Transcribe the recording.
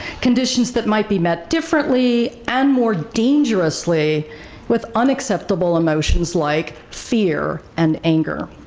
conditions that might be met differently and more dangerously with unacceptable emotions like fear and anger.